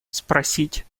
спросить